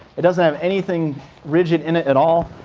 it doesn't have anything rigid in it at all.